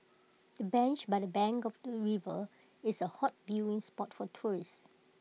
the bench by the bank of the river is A hot viewing spot for tourists